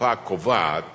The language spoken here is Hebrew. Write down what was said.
ותקופה קובעת